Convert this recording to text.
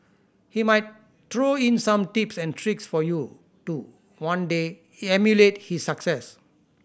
he might throw in some tips and tricks for you to one day emulate his success